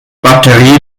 batterie